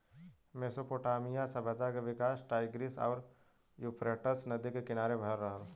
Mesopotamia सभ्यता के विकास टाईग्रीस आउर यूफ्रेटस नदी के किनारे भयल रहल